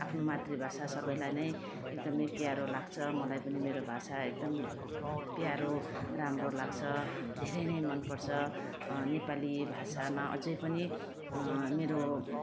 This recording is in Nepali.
आफ्नो मातृभाषा सबैलाई नै एकदमै प्यारो लाग्छ मलाई पनि मेरो भाषा एकदम प्यारो राम्रो लाग्छ धेरै नै मनपर्छ नेपाली भाषामा अझै पनि मेरो